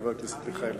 חבר הכנסת מיכאלי.